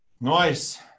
Nice